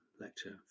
lecture